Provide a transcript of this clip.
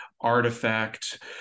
artifact